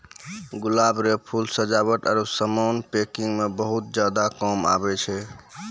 गुलाब रो फूल सजावट आरु समान पैकिंग मे बहुत ज्यादा काम आबै छै